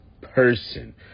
person